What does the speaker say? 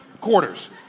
quarters